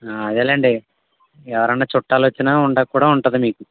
అదేలేండి ఎవరైనా చుట్టాలు వచ్చినా ఉండకపోవడం ఉంటుంది మీకు